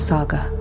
Saga